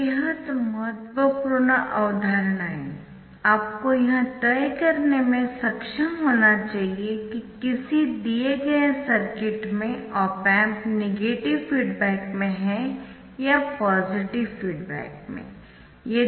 बेहद महत्वपूर्ण अवधारणाएं आपको यह तय करने में सक्षम होना चाहिए कि किसी दिए गए सर्किट में ऑप एम्प नेगेटिव फीडबैक में है या पॉजिटिव फीडबैक में